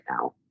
now